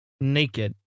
naked